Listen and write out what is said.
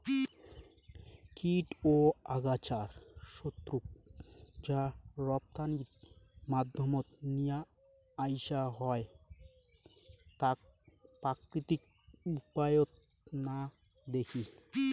কীট ও আগাছার শত্রুক যা রপ্তানির মাধ্যমত নিয়া আইসা হয় তাক প্রাকৃতিক উপায়ত না দেখি